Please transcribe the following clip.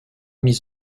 mis